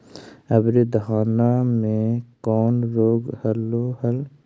अबरि धाना मे कौन रोग हलो हल?